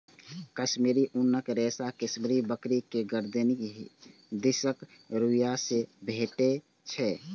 कश्मीरी ऊनक रेशा कश्मीरी बकरी के गरदनि दिसक रुइयां से भेटै छै